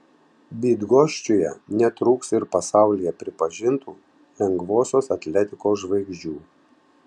bydgoščiuje netrūks ir pasaulyje pripažintų lengvosios atletikos žvaigždžių